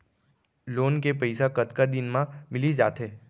Loan के पइसा कतका दिन मा मिलिस जाथे?